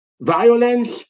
violence